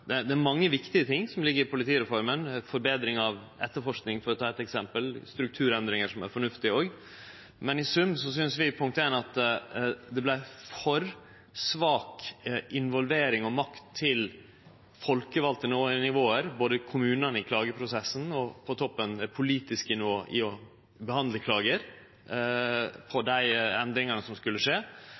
Det er mange viktige ting som ligg i politireforma, forbetring av etterforsking, for å ta eit eksempel, og det er strukturendringar som er fornuftige òg, men i sum syntest vi, punkt 1, at det vart for svak involvering av makt til folkevalde nivå, både kommunane i klageprosessen og på toppen, politisk, i å behandle klagar på dei endringane som skulle skje,